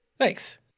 Thanks